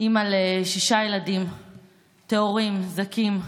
אימא לשישה ילדים טהורים, זכים,